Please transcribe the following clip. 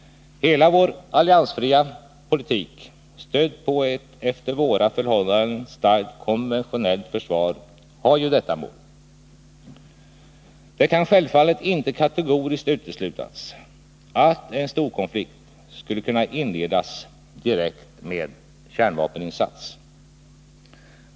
Hela vår alliansfria politik, stödd på ett efter våra förhållanden starkt konventionellt försvar, har ju detta mål. Det kan självfallet inte kategoriskt uteslutas att en storkonflikt skulle kunna inledas direkt med kärnvapeninsats.